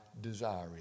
desire